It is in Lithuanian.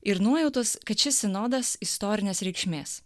ir nuojautos kad šis sinodas istorinės reikšmės